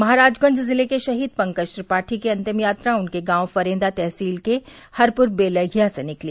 महराजगंज जिले के शहीद पंकज त्रिपाठी की अंतिम यात्रा उनके गांव फरेंदा तहसील के हरपुर बेलहिया से निकली